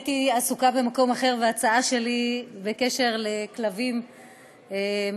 הייתי עסוקה במקום אחר והצעה שלי בקשר לכלבים משוטטים,